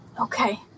okay